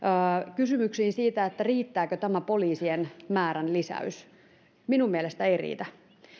kysymyksiin siitä riittääkö tämä poliisien määrän lisäys minun mielestäni ei riitä